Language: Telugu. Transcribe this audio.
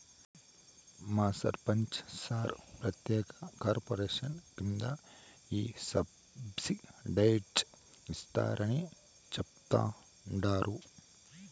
మా సర్పంచ్ సార్ ప్రత్యేక కార్పొరేషన్ కింద ఈ సబ్సిడైజ్డ్ ఇస్తారని చెప్తండారు